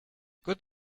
good